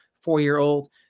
four-year-old